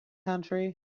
country